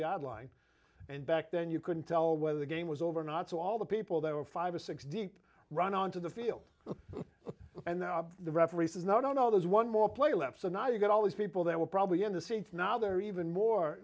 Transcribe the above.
add line and back then you couldn't tell whether the game was over not so all the people there were five or six deep run onto the field and they're up the referee says no no no there's one more play left so now you've got all these people that were probably in the seats now they're even more